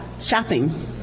shopping